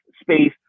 space